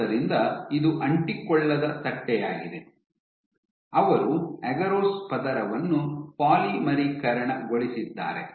ಆದ್ದರಿಂದ ಇದು ಅಂಟಿಕೊಳ್ಳದ ತಟ್ಟೆಯಾಗಿದೆ ಅವರು ಅಗರೋಸ್ ಪದರವನ್ನು ಪಾಲಿಮರೀಕರಣಗೊಳಿಸಿದ್ದಾರೆ